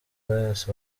pius